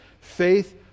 Faith